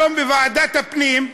היום בוועדת הפנים,